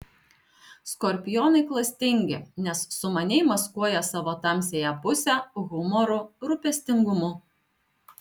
skorpionai klastingi nes sumaniai maskuoja savo tamsiąją pusę humoru rūpestingumu